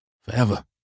Forever